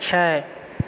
छै